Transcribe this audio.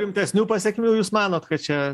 rimtesnių pasekmių jūs manot kad čia